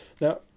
Now